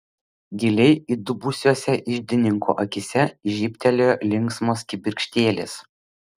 giliai įdubusiose iždininko akyse žybtelėjo linksmos kibirkštėlės